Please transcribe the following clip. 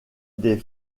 des